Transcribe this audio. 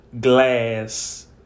glass